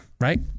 right